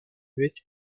muette